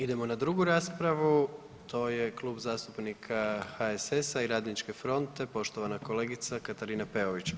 Idemo na drugu raspravu, to je Klub zastupnika HSS-a Radničke fronte, poštovana kolegica Katarina Peović.